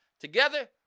Together